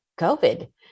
COVID